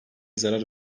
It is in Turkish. zarar